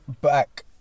back